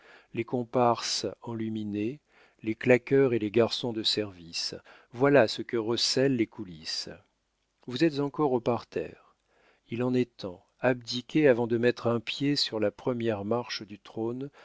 les comparses enluminés les claqueurs et les garçons de service voilà ce que recèlent les coulisses vous êtes encore au parterre il en est temps abdiquez avant de mettre un pied sur la première marche du trône